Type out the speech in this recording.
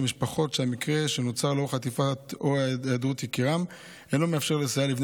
משפחות שהמקרה שנוצר בשל חטיפת או היעדרות יקיריהן אינו מאפשר לסייע לבני